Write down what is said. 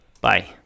Bye